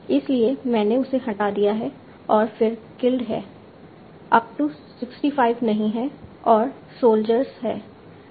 इसलिए मैंने उसे हटा दिया है और फिर किल्ड है अप टू 65 नहीं है और सोल्जर्स है